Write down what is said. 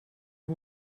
who